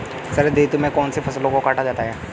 शरद ऋतु में कौन सी फसलों को काटा जाता है?